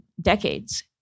decades